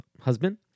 husband